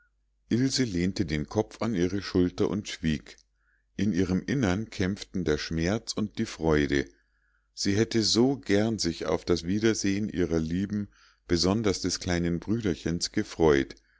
ilse lehnte den kopf an ihre schulter und schwieg in ihrem innern kämpften der schmerz und die freude sie hätte so gern sich auf das wiedersehen ihrer lieben besonders des kleinen brüderchens gefreut